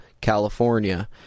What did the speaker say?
California